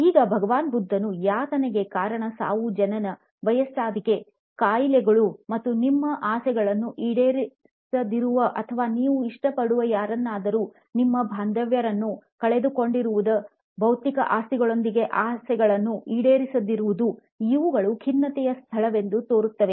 ಈಗ ಭಗವಾನ್ ಬುದ್ಧನು ಯಾತನೆ ಕಾರಣವು ಸಾವು ಜನನ ವಯಸ್ಸಾದಿಕೆ ಕಾಯಿಲೆಗಳು ಮತ್ತು ನಿಮ್ಮ ಆಸೆಗಳನ್ನು ಈಡೇರಿಸದಿರುವ ಅಥವಾ ನೀವು ಇಷ್ಟಪಡುವ ಯಾರನ್ನಾದರೂ ನಿಮ್ಮ ಬಾಂಧವ್ಯರನ್ನು ಕಳೆದುಕೊಂಡಿರುವುದು ಭೌತಿಕ ಆಸ್ತಿಗಳೊಂದಿಗಿನ ಆಸೆಗಳನ್ನು ಈಡೇರಿಸದಿರುವುದು ಇವುಗಳು ಖಿನ್ನತೆಯ ಸ್ಥಳವೆಂದು ತೋರುತ್ತದೆ